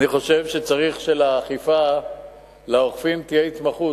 אני חושב שצריך שלאוכפים תהיה התמחות,